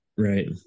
Right